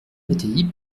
mattei